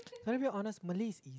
can I be honest Malay is